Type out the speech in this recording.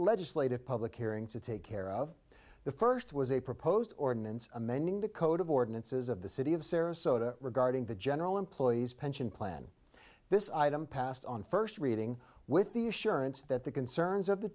legislative public hearings to take care of the first was a proposed ordinance amending the code of ordinances of the city of sarasota regarding the general employee's pension plan this item passed on first reading with the assurance that the concerns of the